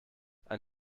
ein